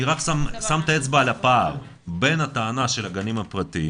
אני רק שם את האצבע על הפער בין הטענה של הגנים הפרטיים